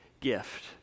gift